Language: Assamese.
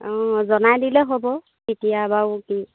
অঁ জনাই দিলে হ'ব কেতিয়া বাৰু কি